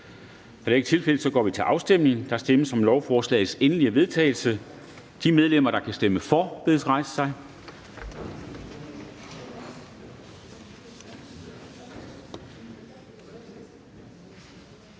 Afstemning Formanden (Henrik Dam Kristensen): Der stemmes om lovforslagets endelige vedtagelse. De medlemmer, der stemmer for, bedes rejse sig.